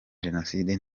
jenoside